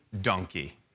donkey